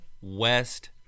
West